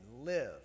live